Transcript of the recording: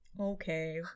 Okay